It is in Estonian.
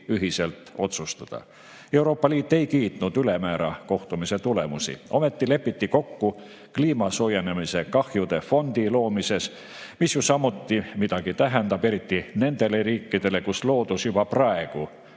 ühiselt otsustada. Euroopa Liit ei kiitnud ülemäära kohtumise tulemusi. Ometi lepiti kokku kliima soojenemise kahjude fondi loomises, mis ju samuti midagi tähendab, eriti nendele riikidele, kus loodus juba praegu